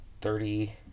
Thirty